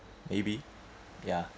maybe ya